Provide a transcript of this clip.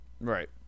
Right